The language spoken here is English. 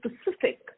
specific